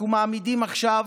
אנחנו מעמידים עכשיו